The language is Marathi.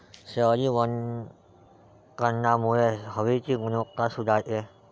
शहरी वनीकरणामुळे हवेची गुणवत्ता सुधारते